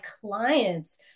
clients